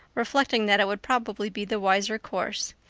reflecting that it would probably be the wiser course.